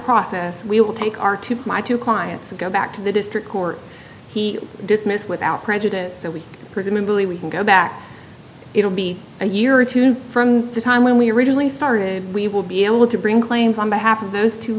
process we will take our two my two clients and go back to the district court he dismissed without prejudice so we presumably we can go back it will be a year or two from the time when we originally started we will be able to bring claims on behalf of those two